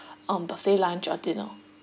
um buffet lunch or dinner